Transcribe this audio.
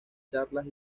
charlas